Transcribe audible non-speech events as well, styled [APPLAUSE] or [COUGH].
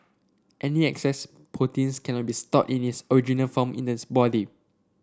any excess protein [UNINTELLIGIBLE] cannot be stored in its original form in this body